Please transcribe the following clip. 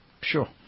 Sure